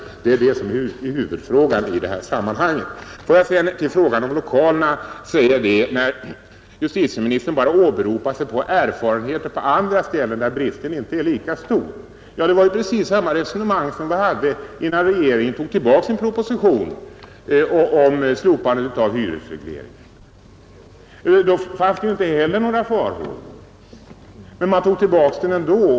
Det är huvudfrågan i detta sammanhang. I fråga om lokalerna åberopar justitieministern bara erfarenheter från andra ställen där bristen inte är lika stor som i Stockholm. Det var precis samma resonemang som vi hade innan regeringen tog tillbaka propositionen om slopande av hyresregleringen. Då fanns det inte heller några farhågor, men man tog tillbaka förslaget ändå.